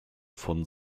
von